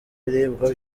biribwa